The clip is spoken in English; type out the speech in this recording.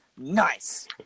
Nice